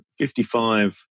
55